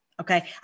Okay